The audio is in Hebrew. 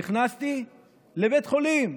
נכנסתי לבית חולים,